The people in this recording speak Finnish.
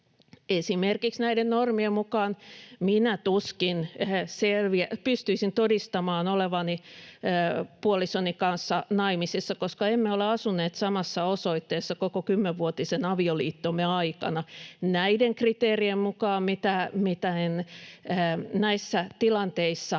asetetaan. Näiden normien mukaan esimerkiksi minä tuskin pystyisin todistamaan olevani puolisoni kanssa naimisissa, koska emme ole asuneet samassa osoitteessa koko kymmenvuotisen avioliittomme aikana. Näiden kriteerien mukaan, mitä näissä tilanteissa